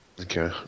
Okay